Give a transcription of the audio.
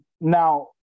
Now